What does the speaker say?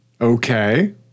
Okay